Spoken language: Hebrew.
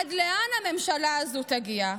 עד לאן הממשלה הזאת תגיע?